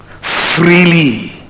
freely